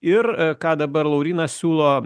ir ką dabar laurynas siūlo